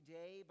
day